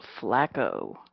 Flacco